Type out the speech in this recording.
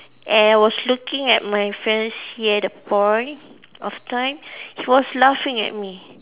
and I was looking at my fiance at that point of time he was laughing at me